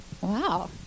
Wow